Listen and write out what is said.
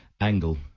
angle